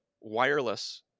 wireless